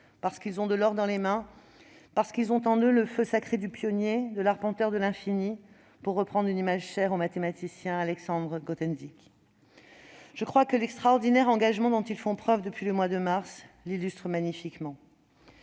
parce qu'ils ont de l'or dans les mains, parce qu'ils ont en eux le feu sacré du pionnier, de l'« arpenteur de l'infini », pour reprendre une image chère au mathématicien Alexandre Grothendieck. L'extraordinaire engagement dont ils font preuve depuis le mois de mars l'illustre magnifiquement.